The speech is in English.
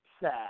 sad